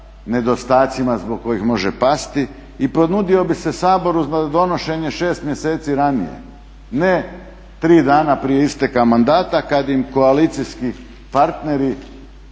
nedostacima zbog kojih može pasti. I ponudio bi se Saboru na donošenje 6 mjeseci ranije a ne 3 dana prije isteka mandata kada im koalicijski partneri